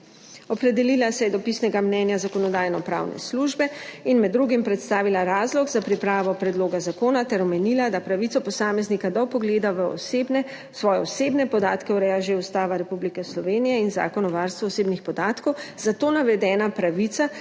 Opredelila se je do pisnega mnenja Zakonodajno-pravne službe in med drugim predstavila razlog za pripravo predloga zakona ter omenila, da pravico posameznika do vpogleda v svoje osebne podatke urejata že Ustava Republike Slovenije in Zakon o varstvu osebnih podatkov, zato navedena pravica